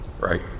Right